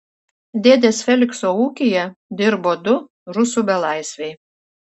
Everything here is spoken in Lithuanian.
dėdės felikso ūkyje dirbo du rusų belaisviai